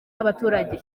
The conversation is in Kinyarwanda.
y’abaturage